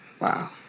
Wow